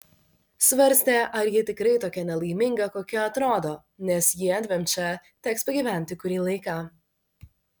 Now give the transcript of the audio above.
svarstė ar ji tikrai tokia nelaiminga kokia atrodo nes jiedviem čia teks pagyventi kurį laiką